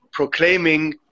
proclaiming